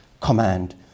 command